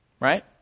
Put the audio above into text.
Right